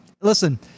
listen